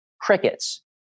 crickets